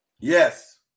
Yes